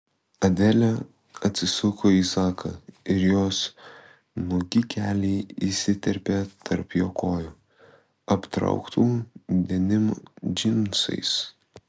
adelė atsisuko į zaką ir jos nuogi keliai įsiterpė tarp jo kojų aptrauktų denim džinsais